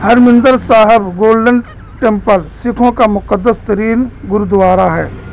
Harminder Sahib golden temple سکھوں کا مقدس ترین گرودوارا ہے